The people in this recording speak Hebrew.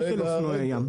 לא על אופנועי ים.